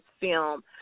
film